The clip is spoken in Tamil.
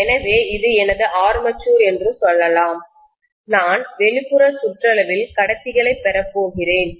எனவே இது எனது ஆர்மேச்சர் என்று சொல்லலாம் நான் வெளிப்புற சுற்றளவில் கடத்திகளைப் பெறப்போகிறேன்